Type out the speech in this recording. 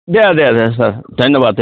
दे दे सार धन्यबाद दे